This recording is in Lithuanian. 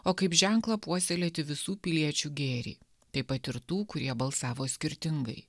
o kaip ženklą puoselėti visų piliečių gėrį taip pat ir tų kurie balsavo skirtingai